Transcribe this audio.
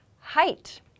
Height